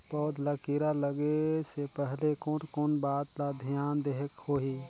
पौध ला कीरा लगे से पहले कोन कोन बात ला धियान देहेक होही?